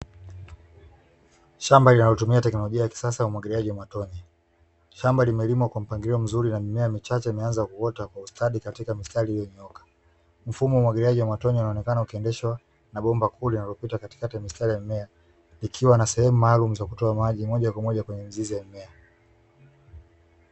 Shamba linalotumia teknolojia ya kisasa ya umwagiliaji wa matone. Shamba limelimwa kwa mpangilio mzuri na mimea michache imeanza kuota kwa ustadi katika mistari iliyonyooka. Mfumo wa umwagiliaji wa matone unaonekana ukiendeshwa na bomba kuu linalopita katikati ya mistari ya mimea, likiwa na sehemu maalumu za kutoa maji moja kwa moja kwenye mizizi ya mimea.